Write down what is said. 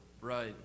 Right